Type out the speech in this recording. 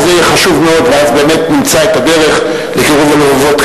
וזה יהיה חשוב מאוד ואז באמת נמצא את הדרך לקירוב הלבבות.